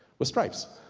with stripes?